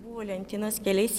buvo lentynos keliais